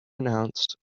announced